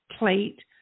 plate